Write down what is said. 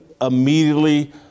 immediately